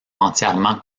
entièrement